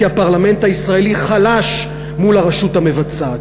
כי הפרלמנט הישראלי חלש מול הרשות המבצעת.